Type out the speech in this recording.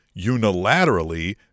unilaterally